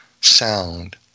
sound